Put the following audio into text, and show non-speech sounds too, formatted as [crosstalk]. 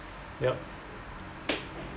yup [noise]